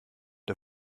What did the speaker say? der